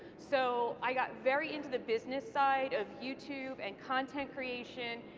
so i got very into the business side of youtube and content creation,